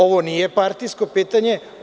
Ovo nije partijsko pitanje.